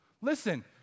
Listen